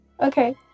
Okay